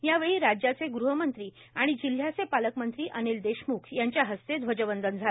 यावेळी राज्याचे गृहमंत्री आणि जिल्ह्याचे पालकमंत्री अनिल देशमुख यांच्या हस्ते ध्वजवंदन झालं